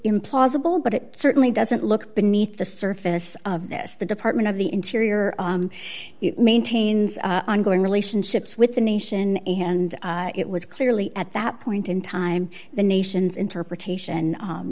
implausible but it certainly doesn't look beneath the surface of this the department of the interior maintains ongoing relationships with the nation and it was clearly at that point in time the nation's interpretation